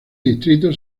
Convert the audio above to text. distrito